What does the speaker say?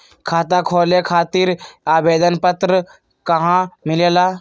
खाता खोले खातीर आवेदन पत्र कहा मिलेला?